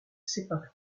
séparée